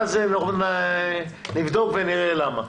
ואז נבדוק ונראה למה.